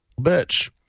bitch